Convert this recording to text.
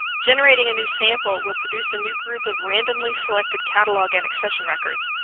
generating a new sample will produce a new group of randomly selected catalog and accession records.